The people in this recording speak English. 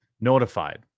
notified